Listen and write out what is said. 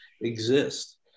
exist